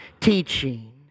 teaching